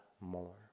more